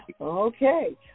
Okay